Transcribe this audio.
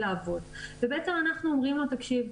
לעבוד ובעצם אנחנו אומרים לו 'תקשיב,